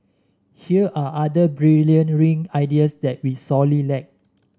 here are other brilliant ring ideas that we sorely lack